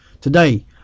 Today